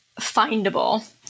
findable